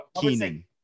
Keenan